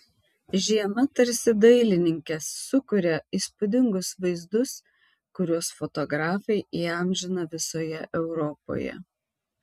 žiema tarsi dailininke sukuria įspūdingus vaizdus kuriuos fotografai įamžina visoje europoje